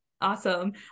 Awesome